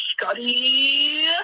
Scotty